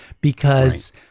because-